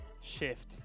shift